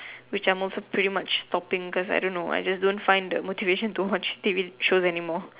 which I am also pretty much stopping cause I don't know I don't find the motivation to watch T_V shows anymore